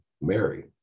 Mary